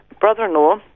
brother-in-law